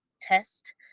test